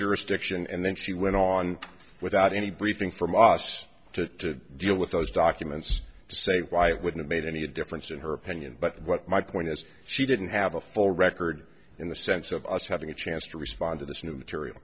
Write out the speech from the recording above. jurisdiction and then she went on without any briefing from us to deal with those documents to say why it wouldn't make any difference in her opinion but what my point is she didn't have a full record in the sense of us having a chance to respond to this new material